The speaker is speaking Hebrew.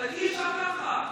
אי-אפשר ככה,